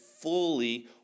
fully